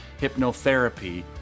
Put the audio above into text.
hypnotherapy